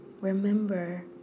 Remember